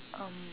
um